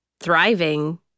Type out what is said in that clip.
thriving